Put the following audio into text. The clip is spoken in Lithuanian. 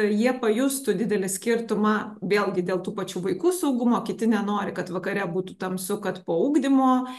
jie pajustų didelį skirtumą vėlgi dėl tų pačių vaikų saugumo kiti nenori kad vakare būtų tamsu kad po ugdymo